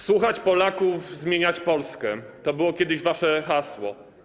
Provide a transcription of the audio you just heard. Słuchać Polaków, zmieniać Polskę - to było kiedyś wasze hasło.